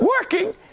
working